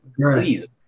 please